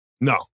No